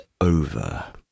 over